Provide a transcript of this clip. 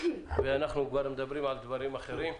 ואנחנו כבר מדברים על דברים אחרים.